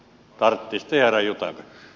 arvoisa puhemies